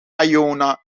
iona